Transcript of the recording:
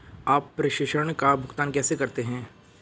आप प्रेषण का भुगतान कैसे करते हैं?